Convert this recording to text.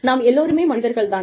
நாம் எல்லோருமே மனிதர்கள் தான்